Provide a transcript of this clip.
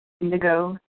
indigo